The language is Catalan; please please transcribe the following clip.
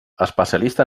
especialista